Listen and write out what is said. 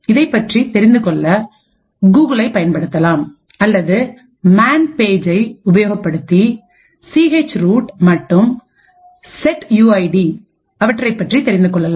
இதைப் பற்றி தெரிந்துகொள்ள கூகுளே பயன்படுத்தலாம் அல்லது மேன் பேச்சை உபயோகப்படுத்தி சீஎச் ரூட் மற்றும் சேட் யூ ஐடி அவற்றைப் பற்றி தெரிந்துகொள்ளலாம்